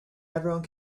everyone